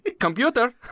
Computer